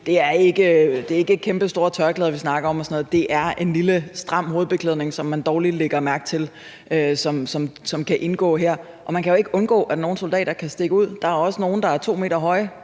er det ikke kæmpestore tørklæder og sådan noget, vi snakker om. Det er en lille, stram hovedbeklædning, som man dårlig lægger mærke til, som kan indgå her. Og man kan jo ikke undgå, at nogle soldater kan stikke ud. Der er også nogle, der er 2 m høje,